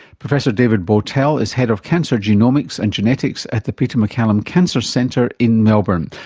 professor david bowtell is head of cancer genomics and genetics at the peter maccallum cancer centre in melbourne.